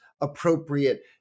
appropriate